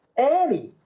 eddie